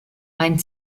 ein